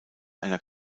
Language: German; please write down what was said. einer